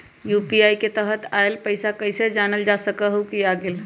UPI के तहत आइल पैसा कईसे जानल जा सकहु की आ गेल?